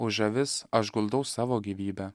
už avis aš guldau savo gyvybę